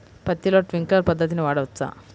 పత్తిలో ట్వింక్లర్ పద్ధతి వాడవచ్చా?